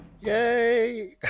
Yay